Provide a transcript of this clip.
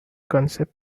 concept